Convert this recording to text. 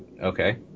Okay